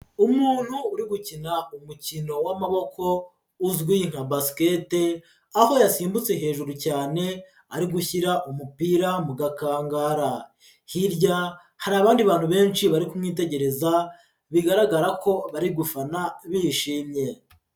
Umuntu uri gukina umukino w'amaboko uzwi nka basiketi, aho yasimbutse hejuru cyane ari gushyira umupira mu gakangara, hirya hari abandi bantu benshi bari kumwitegereza bigaragara ko bari gufana bishimye.